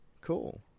cool